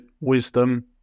wisdom